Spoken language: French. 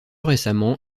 récemment